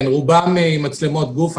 כן, רובם עם מצלמות גוף.